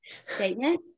statement